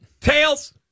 Tails